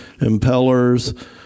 impellers